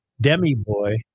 demi-boy